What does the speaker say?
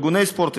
ארגוני הספורט,